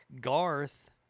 garth